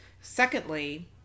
Secondly